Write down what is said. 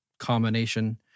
combination